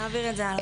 נעביר את זה הלאה.